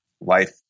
life